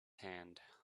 hand